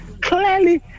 clearly